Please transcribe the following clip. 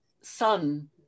son